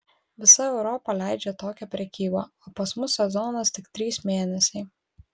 visa europa leidžią tokią prekybą o pas mus sezonas tik trys mėnesiai